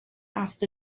asked